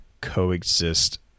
coexist